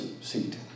seat